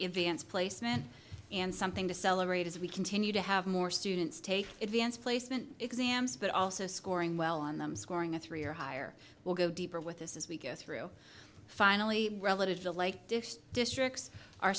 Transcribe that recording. events placement and something to celebrate as we continue to have more students take events placement exams but also scoring well on them scoring a three or higher will go deeper with us as we go through finally relative to like districts